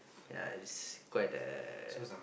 yeah it's quite a